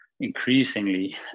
increasingly